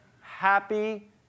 happy